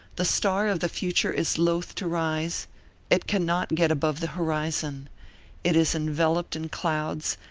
the star of the future is loath to rise it can not get above the horizon it is enveloped in clouds,